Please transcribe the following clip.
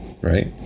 right